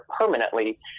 permanently